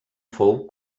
fou